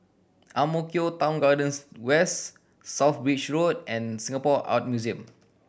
Ang Mo Kio Town Garden West South Bridge Road and Singapore Art Museum